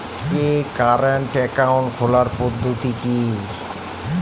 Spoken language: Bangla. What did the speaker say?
ব্যাংকে কারেন্ট অ্যাকাউন্ট খোলার পদ্ধতি কি?